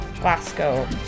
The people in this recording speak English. Glasgow